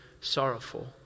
Sorrowful